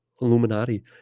Illuminati